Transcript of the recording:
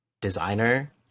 designer